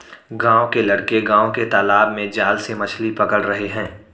गांव के लड़के गांव के तालाब में जाल से मछली पकड़ रहे हैं